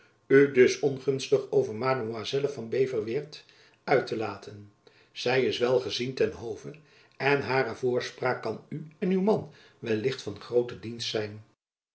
u dus ongunstig over mademoiselle van beverweert uit te laten zy is wel gezien ten hove en hare voorspraak kan u en uw man wellicht van groote dienst zijn